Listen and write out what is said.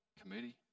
committee